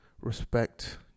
respect